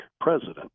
president